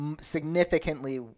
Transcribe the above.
significantly